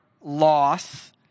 loss